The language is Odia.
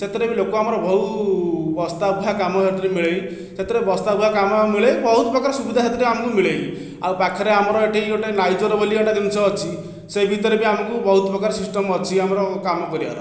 ସେଥିରେ ବି ଲୋକ ଆମର ବହୁ ବସ୍ତାବୁହା କାମ ସେଥିରେ ମିଳେ ସେଥିରେ ବସ୍ତାବୁହା କାମ ମିଳେ ବହୁତ ପ୍ରକାର ସୁବିଧା ସେଥିରେ ଆମକୁ ମିଳେ ବି ଆଉ ପାଖରେ ଆମର ଏଠି ଗୋଟେ ନାଇଜର୍ ବୋଲି ଗୋଟେ ଜିନିଷ ଅଛି ସେ ଭିତରେ ବି ଆମକୁ ବହୁତ ପ୍ରକାର ସିଷ୍ଟମ୍ ଅଛି ଆମର କାମ କରିବାର